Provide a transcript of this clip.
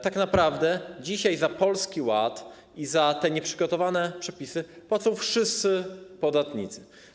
Tak naprawdę dzisiaj za Polski Ład i za te nieprzygotowane przepisy płacą wszyscy podatnicy.